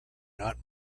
not